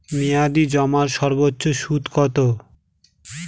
মেয়াদি জমার সর্বোচ্চ সুদ কতো?